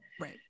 right